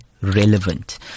relevant